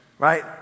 Right